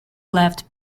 left